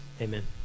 Amen